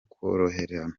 koroherana